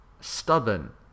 stubborn